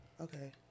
Okay